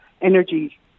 energy